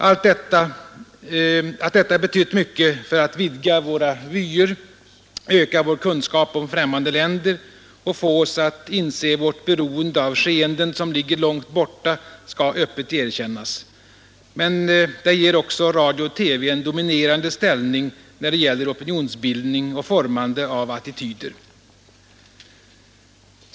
Att detta betytt mycket för att vidga våra vyer, öka vår kunskap om främmande länder och få oss att inse vårt beroende av skeenden som ligger långt borta skall öppet erkännas. Men det ger också radio och TV en dominerande ställning när det gäller opinionsbildning och formande av attityder.